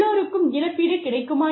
எல்லோருக்கும் இழப்பீடு கிடைக்குமா